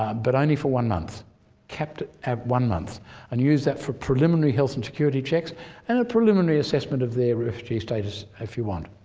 but only for one month capped at one month and use that for preliminary health and security checks and a preliminary assessment of their refugee status, if you want.